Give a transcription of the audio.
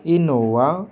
Innova